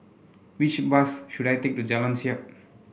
which bus should I take to Jalan Siap